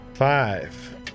Five